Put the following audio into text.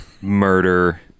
murder